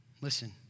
Listen